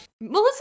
melissa